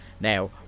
Now